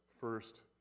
first